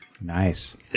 Nice